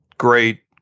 Great